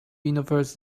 universe